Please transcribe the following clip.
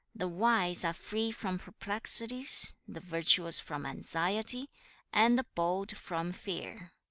the wise are free from perplexities the virtuous from anxiety and the bold from fear